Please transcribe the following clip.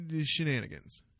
shenanigans